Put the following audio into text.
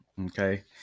okay